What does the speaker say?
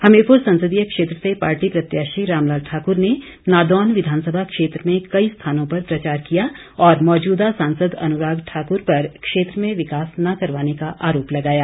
हमीरपुर संसदीय क्षेत्र से पार्टी प्रत्याशी रामलाल ठाकुर ने नादौन विधानसभा क्षेत्र में कई स्थानों पर प्रचार किया और मौजूदा सांसद अनुराग ठाकुर पर क्षेत्र में विकास न करवाने का आरोप लगाया